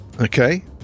Okay